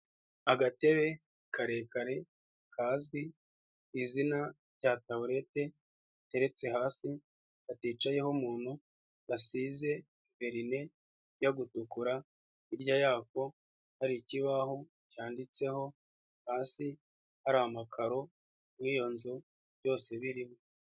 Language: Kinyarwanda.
Agatebe karekare kazwi ku izina rya taburete, gateteretse hasi, katicayeho umuntu. Gasize verine ijya gutukura. Hirya yako hari ikibaho cyanditseho, hasi hari amakaro mu iyo nzu byose birimo.